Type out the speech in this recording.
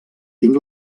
tinc